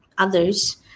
Others